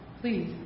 please